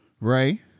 Ray